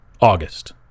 August